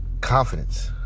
confidence